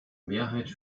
mehrheit